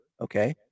okay